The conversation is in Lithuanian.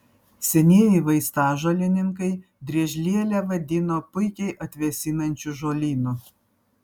senieji vaistažolininkai driežlielę vadino puikiai atvėsinančiu žolynu